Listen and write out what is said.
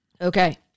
Okay